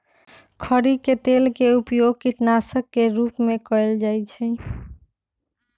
खरी के तेल के उपयोग कीटनाशक के रूप में कएल जाइ छइ